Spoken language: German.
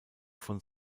von